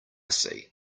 see